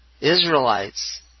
Israelites